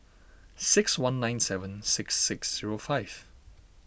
six one nine seven six six zero five